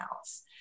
else